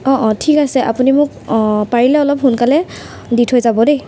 অঁ অঁ ঠিক আছে আপুনি মোক অঁ পাৰিলে অলপ সোনকালে দি থৈ যাব দেই